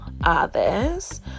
others